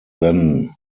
then